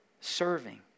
serving